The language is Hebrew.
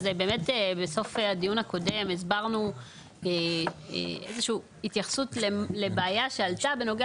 בסוף הדיון הקודם הסברנו איזו שהיא התייחסות לבעיה שעלתה בנוגע